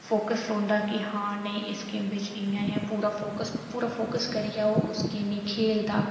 ते फोक्स रौहंदा हां इस गेम बिच नेईं इंया होंदा पूरा फोक्स करियै ओह् इस गेम गी खेल्लदा